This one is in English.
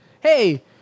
Hey